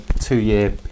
two-year